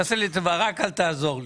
רק אל תעזור לי.